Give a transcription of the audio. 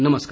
नमस्कार